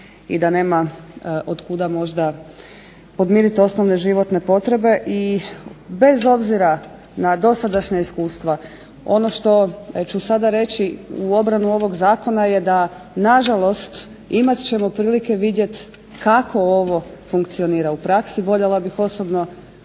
i da nema od kuda možda podmiriti osnovne životne potrebe i bez obzira na dosadašnja iskustva ono što ću sada reći u obranu ovog zakona je da nažalost imat ćemo prilike vidjeti kako ovo funkcionira u praksi. Voljela bih osobno